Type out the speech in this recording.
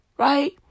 Right